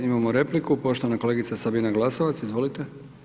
Imamo repliku, poštovana kolegice Sabina Glasovac, izvolite.